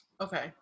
Okay